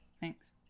Thanks